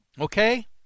okay